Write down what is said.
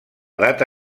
data